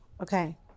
okay